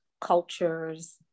cultures